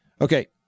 Okay